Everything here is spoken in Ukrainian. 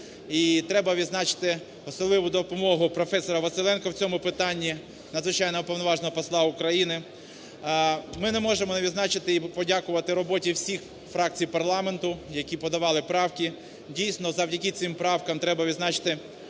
треба відзначити особливу допомогу професора Василенка в цьому питанні, Надзвичайного і Повноважного Посла України. Ми не можемо не відзначити і подякувати роботі всіх фракцій парламенту, які подавали правки. Дійсно завдяки цим правкам, треба відзначити,